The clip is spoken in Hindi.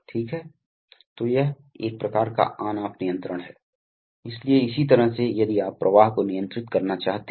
सिलेंडर इसलिए ये प्रतीक काफी सामान्य हैं